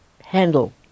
handle